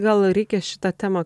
gal reikia šitą temą